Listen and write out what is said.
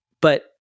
But-